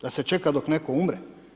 Da se čeka dok netko umre.